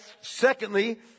secondly